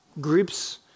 groups